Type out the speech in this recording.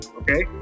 okay